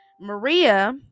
maria